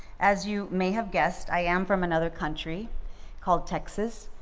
as you may have guessed, i am from another country called texas.